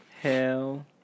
Hell